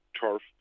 turf